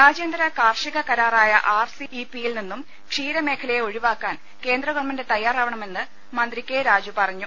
രാജ്യാന്തര കാർഷിക കരാറായ ആർ സി ഇ പി യിൽ നിന്നും ക്ഷീരമേഖലയെ ഒഴിവാക്കാൻ കേന്ദ്ര ഗവൺമെന്റ് തയ്യാറാവണമെന്ന് മന്ത്രി കെ രാജു പറഞ്ഞു